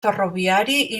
ferroviari